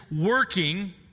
working